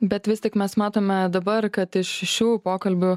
bet vis tik mes matome dabar kad iš šių pokalbių